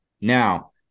Now